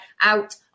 out